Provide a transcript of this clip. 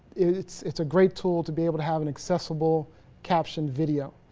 it's it's a great tool to be able to have an accessible captioned video